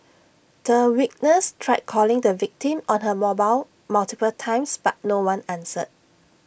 the witness tried calling the victim on her mobile multiple times but no one answered